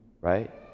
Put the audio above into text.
right